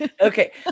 Okay